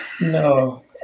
No